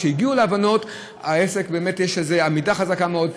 כשהגיעו להבנות, העסק באמת, יש עמידה חזקה מאוד.